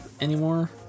anymore